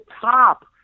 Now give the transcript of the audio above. top